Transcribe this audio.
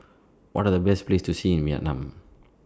What Are The Best Places to See in Vietnam